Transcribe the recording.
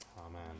amen